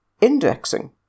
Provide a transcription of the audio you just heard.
indexing